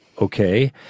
okay